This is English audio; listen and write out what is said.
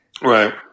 Right